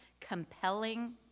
compelling